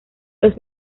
los